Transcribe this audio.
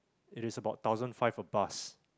it is about thousand five a bus